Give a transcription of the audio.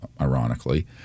ironically